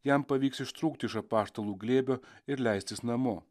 jam pavyks ištrūkti iš apaštalų glėbio ir leistis namo